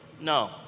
No